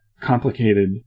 complicated